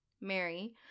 Mary